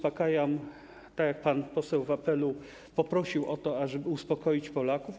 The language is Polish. Pan poseł w apelu poprosił o to, ażeby uspokoić Polaków.